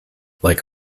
like